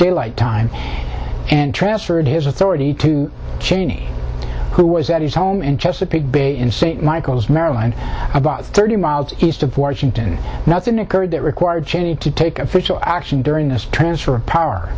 daylight time and transferred his authority to cheney who was at his home in chesapeake bay in st michael's maryland about thirty miles east of washington that's in occurred it required cheney to take official action during this transfer of power